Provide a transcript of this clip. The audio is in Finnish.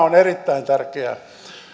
on erittäin tärkeää